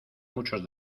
muchos